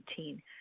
2019